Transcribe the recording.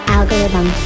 Algorithm